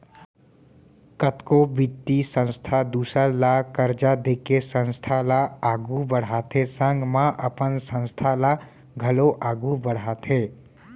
कतको बित्तीय संस्था दूसर ल करजा देके संस्था ल आघु बड़हाथे संग म अपन संस्था ल घलौ आघु बड़हाथे